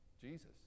Jesus